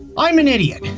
i'm an idiot.